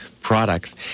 products